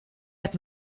qed